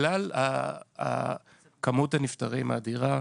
בגלל מספר הנפטרים הגדול,